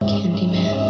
Candyman